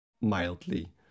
mildly